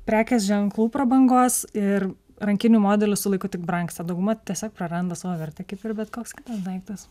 prekės ženklų prabangos ir rankinių modelius su laiku tik brangsta dauguma tiesiog praranda savo vertę kaip ir bet koks kitas daiktas